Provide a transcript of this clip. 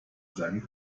sein